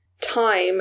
time